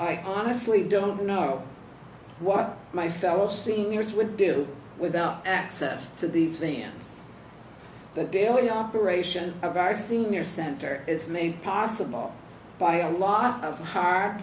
i honestly don't know what my fellow seniors would do without access to these vans the daily operation of our senior center is made possible by a lot of ho